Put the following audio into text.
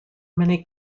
many